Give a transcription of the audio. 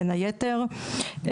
בין היתר.